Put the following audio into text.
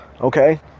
Okay